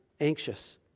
anxious